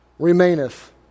remaineth